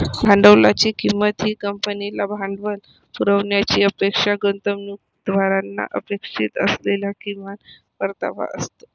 भांडवलाची किंमत ही कंपनीला भांडवल पुरवण्याची अपेक्षा गुंतवणूकदारांना अपेक्षित असलेला किमान परतावा असतो